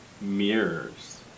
mirrors